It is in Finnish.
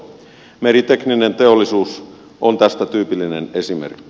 meritekninen teollisuus on tästä tyypillinen esimerkki